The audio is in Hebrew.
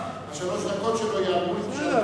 בסדר.